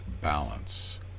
balance